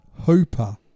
Hooper